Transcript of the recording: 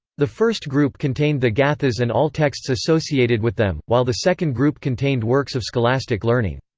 the first group contained the gathas and all texts associated with them, while the second group contained works of scholastic learning.